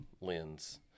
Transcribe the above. lens